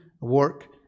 work